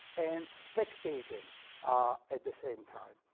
and spectating ah at the same time.